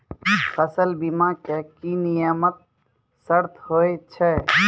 फसल बीमा के की नियम सर्त होय छै?